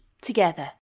together